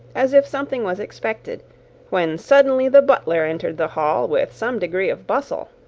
as if something was expected when suddenly the butler entered the hall with some degree of bustle